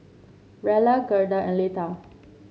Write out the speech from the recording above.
Rella Gerda and Leatha